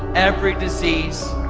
every disease,